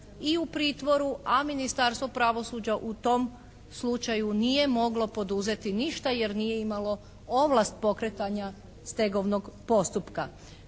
i u pritvoru, a Ministarstvo pravosuđa u tom slučaju nije moglo poduzeti ništa jer nije imalo ovlast pokretanja stegovnog postupka.